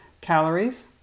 Calories